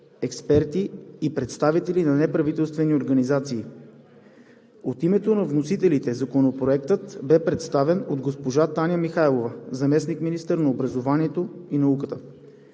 експерти и представители на неправителствени организации. От името на вносителите Законопроектът бе представен от госпожа Таня Михайлова – заместник-министър на образованието и науката.